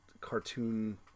cartoon